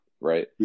Right